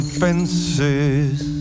fences